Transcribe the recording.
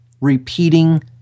repeating